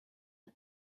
are